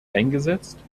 eingesetzt